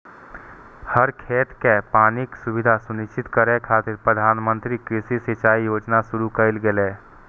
हर खेत कें पानिक सुविधा सुनिश्चित करै खातिर प्रधानमंत्री कृषि सिंचाइ योजना शुरू कैल गेलै